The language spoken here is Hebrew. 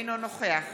אינו נוכח